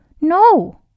No